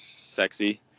sexy